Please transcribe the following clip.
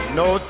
no